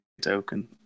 token